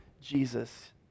Jesus